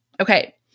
Okay